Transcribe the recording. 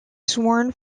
sworn